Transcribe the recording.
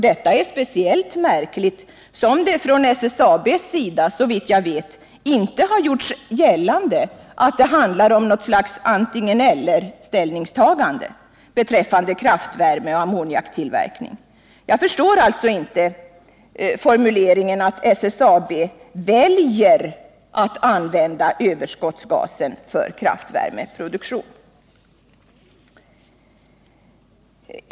Detta är speciellt märkligt som det från SSAB:s sida, såvitt jag vet, inte gjorts gällande att det handlar om något antingen-eller beträffande kraftvärme-ammoniaktillverkning. Jag förstår alltså inte formuleringen att SSAB ”väljer att använda överskottsgasen för kraftvärmeproduktion”.